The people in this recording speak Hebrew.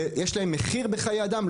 ויש להם מחיר של פגיעה בחיי אדם,